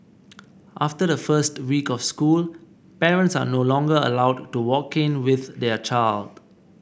after the first week of school parents are no longer allowed to walk in with their child